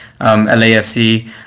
lafc